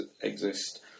exist